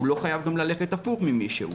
הוא לא חייב גם ללכת הפוך ממישהו.